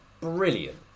brilliant